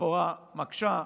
לכאורה מקשה,